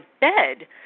bed